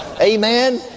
Amen